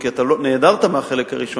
נעדרת מהחלק הראשון.